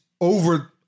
over